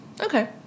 Okay